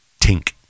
tink